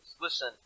Listen